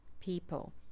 people